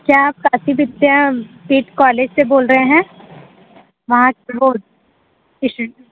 क्या आप काशी विद्यापीठ कॉलेज से बोल रहे हैं